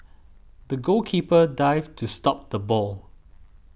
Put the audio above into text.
the goalkeeper dived to stop the ball